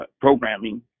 programming